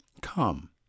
Come